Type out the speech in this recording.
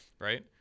right